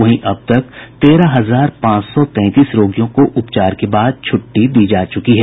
वहीं अब तक तेरह हजार पांच सौ तैंतीस रोगियों को उपचार के बाद छुट्टी दी जा चुकी है